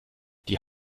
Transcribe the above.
die